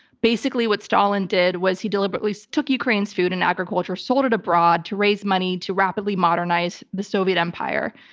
basically what stalin did was he deliberately took ukraine's food and agriculture, sold it abroad to raise money to rapidly modernize the soviet empire.